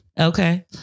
Okay